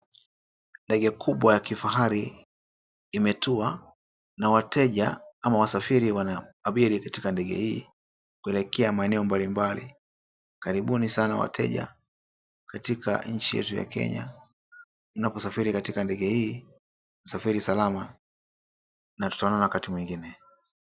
Ndege kubwa ya kifahari imetua na wateja ama wasafiri wanaabiri ndege hii kuelekea maeneo mbalimbali. Karibuni sana wateja katika nchi yetu ya Kenya. Mnaposafiri katika ndege hii, safiri salama na tutaonana wakati mwingine.